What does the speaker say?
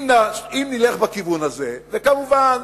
אם נלך בכיוון הזה, וכמובן,